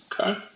Okay